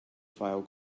file